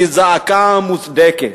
היא זעקה מוצדקת.